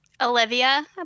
Olivia